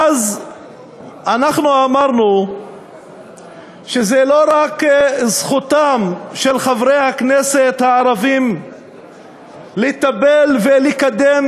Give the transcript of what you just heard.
אז אמרנו שזה לא רק זכותם של חברי הכנסת הערבים לטפל ולקדם